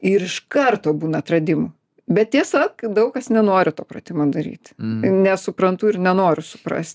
ir iš karto būna atradimų bet tiesa daug kas nenori to pratimo daryti nesuprantu ir nenoriu suprast